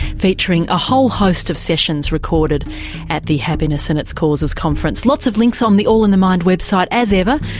featuring a whole host of sessions recorded at the happiness and its causes conference. lots of links on um the all in the mind website, as ever.